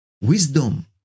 wisdom